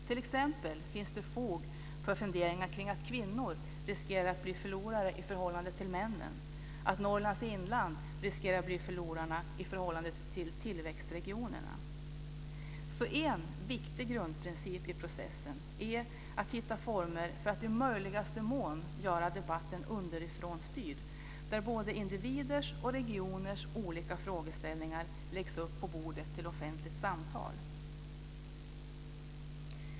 T.ex. finns det fog för funderingar kring att kvinnor riskerar att bli förlorare i förhållande till män, att Norrlands inland riskerar att bli förlorare i förhållande till tillväxtregionerna. En viktig grundprincip i processen är att hitta former för att i möjligaste mån göra debatten underifrånstyrd, så att både individers och regioners olika frågeställningar kommer upp på bordet till offentligt samtal.